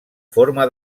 forma